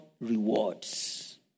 rewards